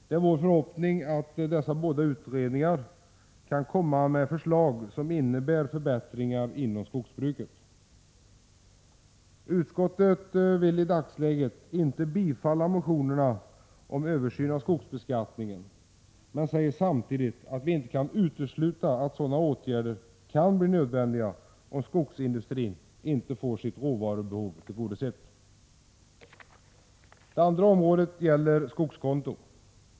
Det är vår förhoppning att dessa båda utredningar kan komma med förslag som innebär förbättringar inom skogsbruket. Utskottet vill i dagsläget inte bifalla motionerna om översyn av skogsbeskattningen men säger samtidigt att vi inte kan utesluta att sådana åtgärder kan bli nödvändiga om skogsindustrin inte får sitt råvarubehov tillgodosett. Det andra området gäller skogskonto.